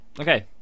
Okay